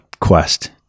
quest